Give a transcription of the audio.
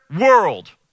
world